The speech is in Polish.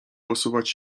posuwać